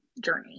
journey